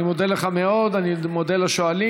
אני מודה לך מאוד, אני מודה לשואלים.